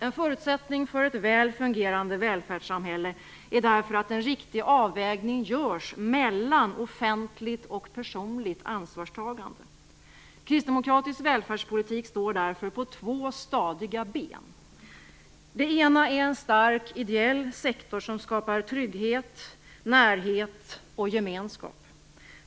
En förutsättning för ett väl fungerande välfärdssamhälle är därför att en riktig avvägning görs mellan offentligt och personligt ansvarstagande. Kristdemokratisk välfärdspolitik står därför på två stadiga ben. Det ena är en stark ideell sektor som skapar trygghet, närhet och gemenskap.